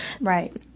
Right